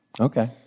Okay